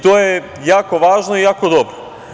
To je jako važno i jako dobro.